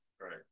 Right